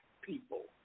people